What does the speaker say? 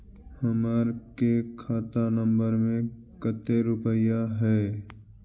हमार के खाता नंबर में कते रूपैया है?